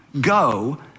go